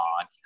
on